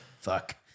Fuck